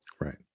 Right